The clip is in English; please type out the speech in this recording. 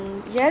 um yes